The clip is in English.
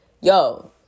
yo